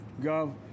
Gov